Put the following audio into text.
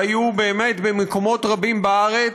שהיו באמת במקומות רבים בארץ,